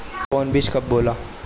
कौन बीज कब बोआला?